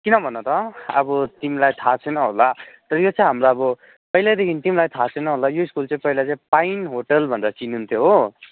किन भन त अब तिमीलाई थाह छैन होला यो चाहिँ हाम्रो अब पहिल्यैदेखि तिमीलाई थाह छैन होला यो स्कुल चाहिँ पैला पाइन होटेल भनेर चिनिन्थ्यो हो